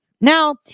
now